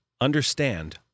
understand